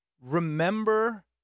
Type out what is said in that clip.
remember